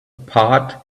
part